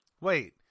Wait